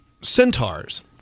Centaurs